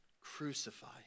Crucify